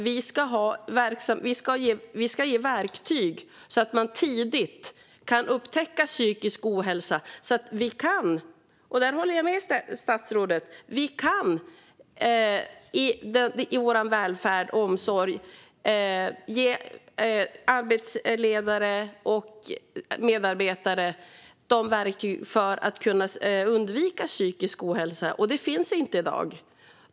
Vi ska ge verktyg så att man tidigt kan upptäcka psykisk ohälsa och så att vi i vår välfärd och omsorg kan - här håller jag med statsrådet - ge arbetsledare och medarbetare verktyg för att undvika psykisk ohälsa. De verktygen finns inte i dag.